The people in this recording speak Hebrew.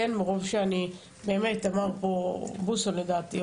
אמר פה בוסו לדעתי,